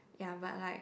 ya but like